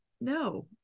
no